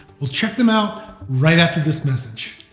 we'll check them out, right after this message.